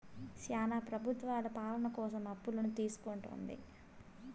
శ్యానా ప్రభుత్వాలు పాలన కోసం అప్పులను తీసుకుంటుంది